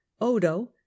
odo